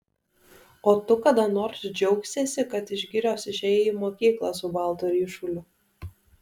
o tu kada nors džiaugsiesi kad iš girios išėjai į mokyklą su baltu ryšuliu